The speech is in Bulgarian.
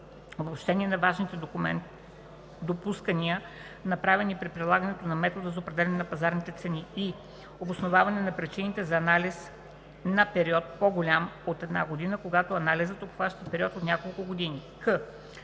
обобщение на важните допускания, направени при прилагането на метода за определяне на пазарните цени; и) обосноваване на причините за анализ на период, по-голям от една година, когато анализът обхваща период от няколко години;